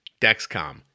Dexcom